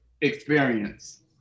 Experience